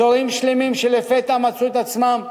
אזורים שלמים לפתע מצאו את עצמם מאוכלסים,